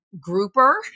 grouper